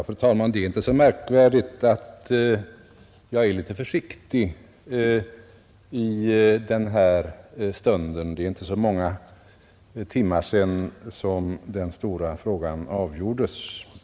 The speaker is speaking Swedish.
Fru talman! Det är inte så märkvärdigt att jag är litet försiktig i den här stunden — det är inte så många timmar sedan den stora konfliktfrågan avgjordes.